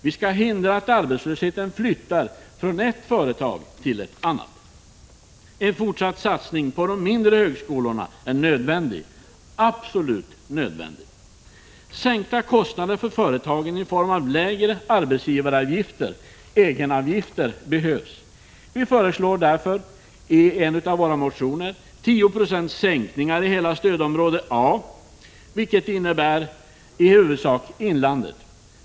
Vi skall hindra att arbetslösheten flyttar från ett visst företag till ett annat. 0 En fortsatt satsning på de mindre högskolorna är absolut nödvändig. 0 Sänkta kostnader för företagen i form av lägre arbetsgivaravgifter och egenavgifter behövs. Vi föreslår därför i en av våra motioner sänkningar med 10 96 i hela stödområde A, vilket innebär i huvudsak inlandet.